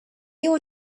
your